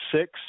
six